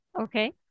okay